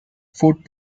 food